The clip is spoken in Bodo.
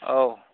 औ